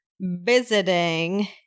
visiting